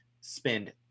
spend